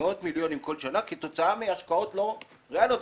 כל שנה כתוצאה מהשקעות לא ריאליות.